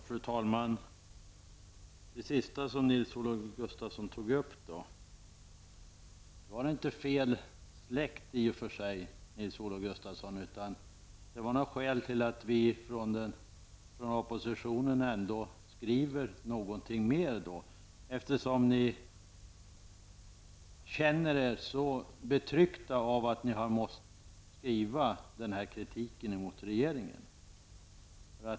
Fru talman! Det var i och för sig inte fel släckt, Nils-Olof Gustafsson. Det fanns skäl till att vi från oppositionen ändå skrev någonting mer, eftersom ni känner er så betryckta av att ni har måst skriva denna kritik mot regeringen.